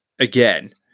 again